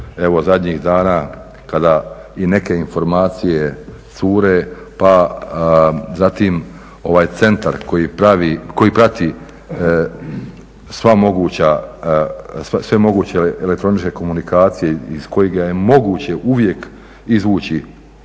evo zadnjih dana kada i neke informacije cure. Pa zatim ovaj centar koji prati sva moguća, sve moguće elektroničke komunikacije, iz kojega je moguće uvijek izvući